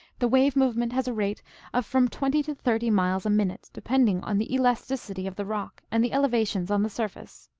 the wave-movement has a rate of from twenty to thirty miles a minute, depending on the elasticity of the rock and the elevations on the surface.